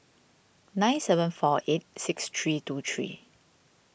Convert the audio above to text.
nine seven four eight six three two three